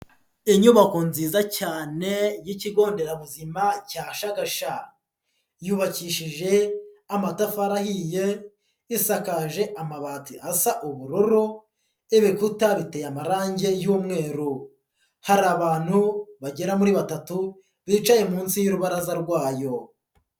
Inyubako nziza cyane y'Ikigo nderabuzima cya Shagasha, yubakishije amatafari ahiye isakaje amabati asa ubururu, ibikuta biteye amarange y'umweru, hari abantu bagera muri batatu bicaye munsi y'urubaraza rwayo.